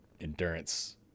endurance